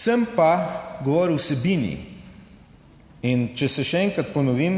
Sem pa govoril o vsebini. Če še enkrat ponovim,